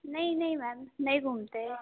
नहीं नहीं मैम नहीं घूमते